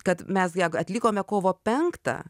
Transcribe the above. kad mes ją atlikome kovo penktą